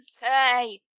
Hey